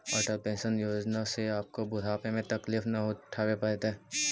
Atal pension योजना से आपको बुढ़ापे में तकलीफ न उठावे पड़तई